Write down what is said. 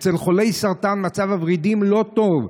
אצל חולי סרטן מצב הוורידים הוא לא טוב,